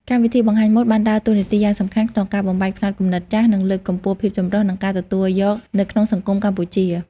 កម្មវិធីបង្ហាញម៉ូដបានដើរតួនាទីយ៉ាងសំខាន់ក្នុងការបំបែកផ្នត់គំនិតចាស់ និងលើកកម្ពស់ ភាពចម្រុះ និង ការទទួលយក នៅក្នុងសង្គមកម្ពុជា។